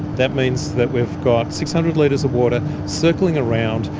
that means that we've got six hundred litres of water circling around,